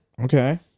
Okay